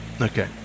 Okay